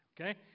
okay